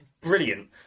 brilliant